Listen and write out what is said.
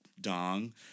dong